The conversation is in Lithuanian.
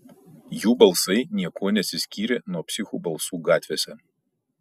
jų balsai niekuo nesiskyrė nuo psichų balsų gatvėse